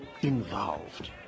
involved